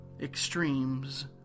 Extremes